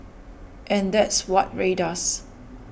and that's what Rae does